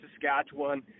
Saskatchewan